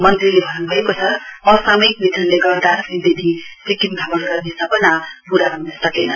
मन्त्रीले भन्न् भएको छ असामायिक निधनले गर्दा श्रीदेवीको सिक्किम भ्रमण गर्ने सपना पूरा ह्न सकेन